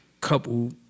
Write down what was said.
couple